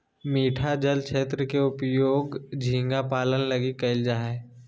मीठा जल क्षेत्र के उपयोग झींगा पालन लगी कइल जा हइ